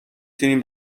تونیم